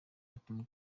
umukinnyi